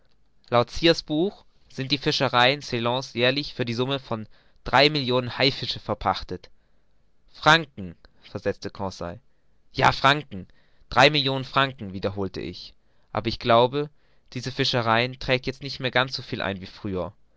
buch sind die fischereien ceylons jährlich für die summe von drei millionen haifische verpachtet franken versetzte conseil ja franken drei millionen franken wiederholte ich aber ich glaube diese fischereien tragen jetzt nicht mehr so viel ein wie früher